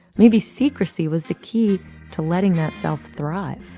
maybe secrecy was the key to letting that self thrive,